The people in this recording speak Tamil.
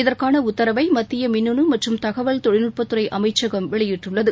இதற்கான உத்தரவை மத்திய மின்னனு மற்றும் தகவல் தொழில்நுட்பத்துறை அமைச்சகம் வெளியிட்டுள்ளது